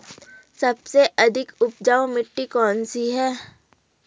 सबसे अधिक उपजाऊ मिट्टी कौन सी है?